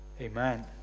Amen